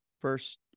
First